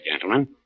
gentlemen